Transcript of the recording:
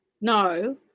no